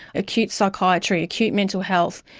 acute psychiatry, acute mental health,